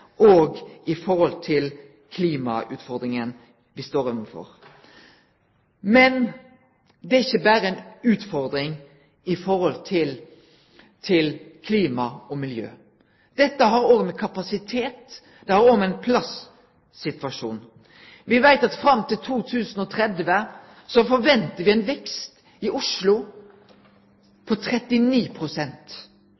òg i forhold til klimautfordringane me står overfor. Men det er ikkje berre ei utfordring i forhold til klima og miljø. Dette har òg å gjere med kapasitet og ein plasssituasjon. Me veit at fram til 2030 forventar me ein vekst i Oslo